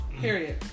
period